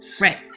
Right